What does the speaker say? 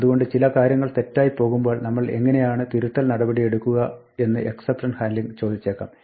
അതുകൊണ്ട് ചില കാര്യങ്ങൾ തെറ്റായി പോകുമ്പോൾ നമ്മൾ എങ്ങിനെയാണ് തിരുത്തൽ നടപടി എടുക്കുക എന്ന് എക്സപ്ഷൻ ഹാൻഡ്ലിംഗ് ചോദിച്ചേക്കാം